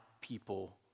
people